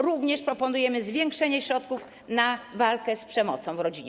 Również proponujemy zwiększenie środków na walkę z przemocą w rodzinie.